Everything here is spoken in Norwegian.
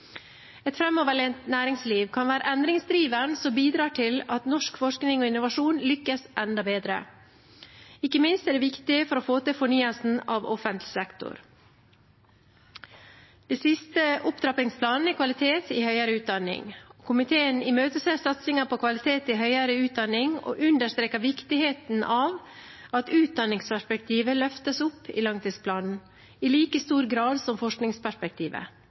Et framoverlent næringsliv kan være endringsdriveren som bidrar til at norsk forskning og innovasjon lykkes enda bedre. Ikke minst er det viktig for å få til fornyelsen av offentlig sektor. Kvalitet i høyere utdanning. Komiteen imøteser satsingen på kvalitet i høyere utdanning og understreker viktigheten av at utdanningsperspektivet løftes opp i langtidsplanen i like stor grad som forskningsperspektivet.